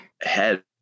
head